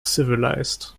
civilized